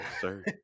sir